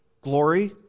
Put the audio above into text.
glory